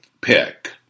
pick